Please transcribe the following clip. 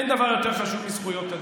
אין דבר יותר חשוב מזכויות אדם.